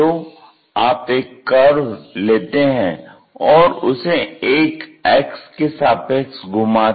तो आप एक कर्व लेते हैं और उसे एक अक्ष के सापेक्ष घुमाते हैं